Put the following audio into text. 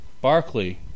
Barclay